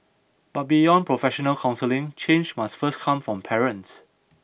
but beyond professional counselling change must first come from parents